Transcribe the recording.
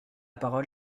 parole